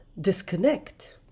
disconnect